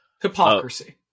hypocrisy